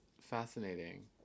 fascinating